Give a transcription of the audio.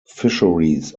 fisheries